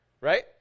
right